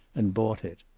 and bought it.